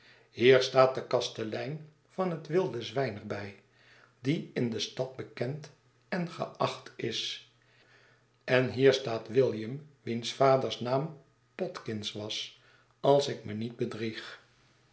hier staat de kastelein van het wilde zwijn er bij die in de stad bekend en geacht is en hier staat william wiens vaders naam potkins was als ik me niet bedrieg